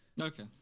okay